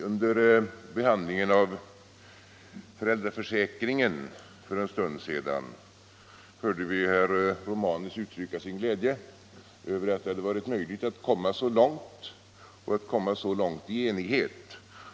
Under behandlingen av föräldraförsäkringen för en stund sedan hörde vi herr Romanus uttrycka sin glädje över att det hade varit möjligt att komma så långt och att göra det i enighet.